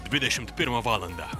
dvidešimt pirmą valandą